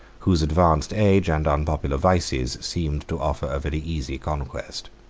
whose advanced age and unpopular vices seemed to offer a very easy conquest.